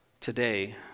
today